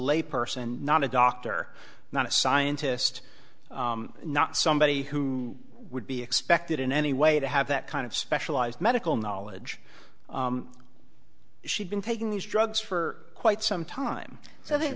lay person not a doctor not a scientist not somebody who would be expected in any way to have that kind of specialized medical knowledge she'd been taking these drugs for quite some time so they've